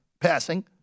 passing